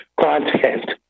content